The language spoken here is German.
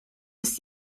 ist